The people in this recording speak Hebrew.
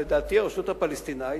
לדעתי הרשות הפלסטינית,